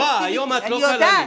אני יודעת.